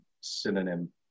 synonym